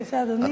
בבקשה, אדוני.